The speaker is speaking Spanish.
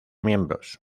miembros